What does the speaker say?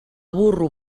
burro